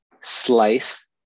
slice